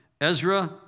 Ezra